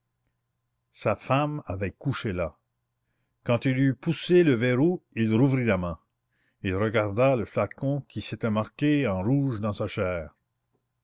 sa femme avait couché là quand il eut poussé le verrou il rouvrit sa main il regarda le flacon qui s'était marqué en rouge dans sa chair